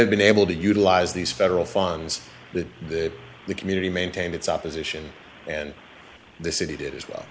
have been able to utilize these federal funds that the community maintained its opposition and the city did as well